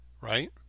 Right